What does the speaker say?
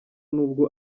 nubwo